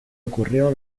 ocurrió